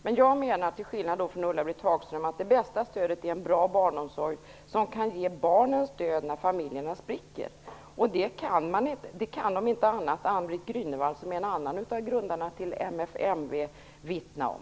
Men till skillnad från Ulla Britt Hagström menar jag att det bästa stödet är en bra barnomsorg som kan ge barnen stöd när familjerna spricker. Det kan, om inte annat, AnnBritt Grünewald som är en annan av grundarna till MFMV, vittna om.